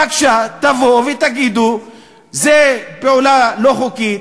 בבקשה, תבואו ותגידו: זו פעולה לא חוקית.